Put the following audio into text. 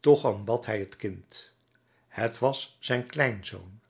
toch aanbad hij het kind het was zijn kleinzoon